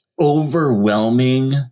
overwhelming